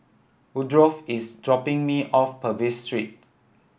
Woodrow is dropping me off Purvis Street